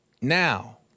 now